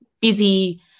busy